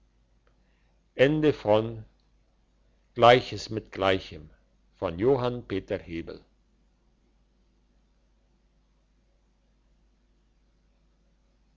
gleiches mit gleichem